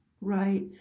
Right